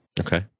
Okay